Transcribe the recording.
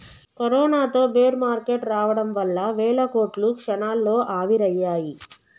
కరోనాతో bear market రావడం వల్ల వేల కోట్లు క్షణాల్లో ఆవిరయ్యాయి